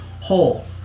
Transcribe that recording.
whole